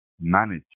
manage